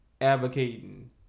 advocating